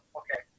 okay